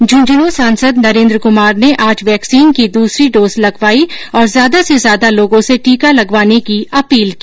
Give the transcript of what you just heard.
झंझनूं सांसद नरेन्द्र कुमार ने आज वैक्सीन की दूसरी डोज लगवाई और ज्यादा से ज्यादा लोगों से टीका लगवाने की अपील की